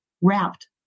wrapped